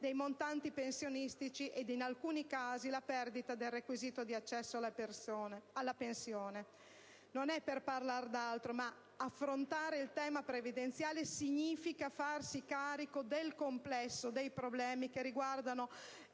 dei montanti pensionistici ed in alcuni casi la perdita del requisito di accesso alla pensione. Non è per parlar d'altro, ma affrontare il tema previdenziale significa farsi carico del complesso dei problemi che riguardano